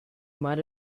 might